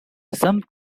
some